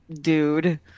dude